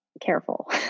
careful